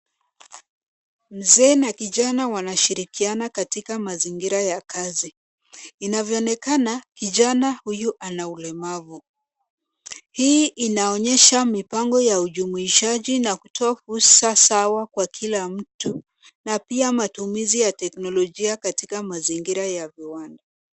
Mzee na kijana wanashirikiana katika mazingira ya kazi. Inavyoonekana, kijana huyu ana ulemavu. Hii inaonyesha mipango ya ujumuishaji na kutoa fursa sawa kwa kila mtu, na pia matumizi ya teknolojia katika mazingira ya viwanda.